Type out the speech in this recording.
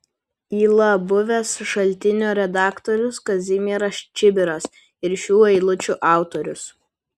yla buvęs šaltinio redaktorius kazimieras čibiras ir šių eilučių autorius